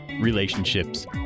Relationships